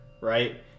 right